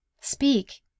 Speak